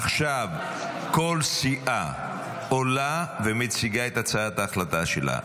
עכשיו כל סיעה עולה ומציגה את הצעת ההחלטה שלה.